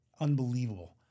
Unbelievable